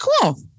Cool